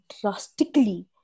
drastically